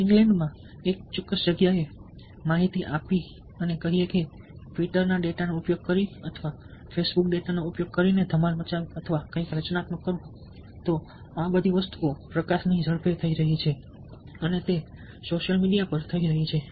ઇંગ્લેન્ડમાં એક ચોક્કસ જગ્યાએ માહિતી આપી કહીએ કે ટવીટર ડેટાનો ઉપયોગ કરીને અથવા ફેસબુક ડેટાનો ઉપયોગ કરીને ધમાલ મચાવી અથવા કંઈક રચનાત્મક કરીએ તો આ બધી વસ્તુઓ પ્રકાશની ઝડપે થઈ રહી છે અને તે સોશિયલ મીડિયા પર થઈ રહી છે